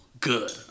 good